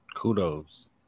Kudos